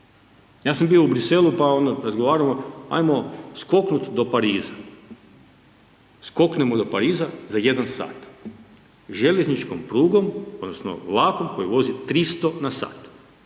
Ja sam bio u Bruxellesu pa onda razgovaramo, ajmo skoknut do Pariza. Skoknemo do Pariza za 1 sat. Željezničkom prugom, odnosno vlakom koji vozi 300 km/h.